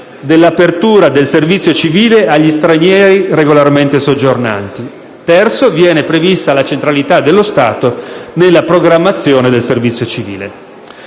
dell'apertura del servizio civile agli stranieri regolarmente soggiornanti. Terzo, viene prevista la centralità dello Stato nella programmazione del servizio civile.